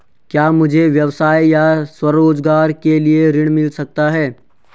क्या मुझे व्यवसाय या स्वरोज़गार के लिए ऋण मिल सकता है?